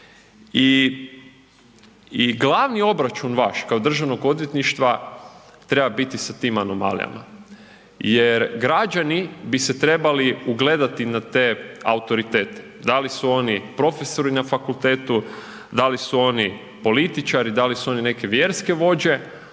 i glavni obračun vaš kao državnog odvjetništva treba biti sa tim anomalijama, jer građani bi se trebali ugledati na te autoritete, da li su oni profesori na fakultetu, da li su oni političari, da li su oni neke vjerske vođa,